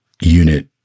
unit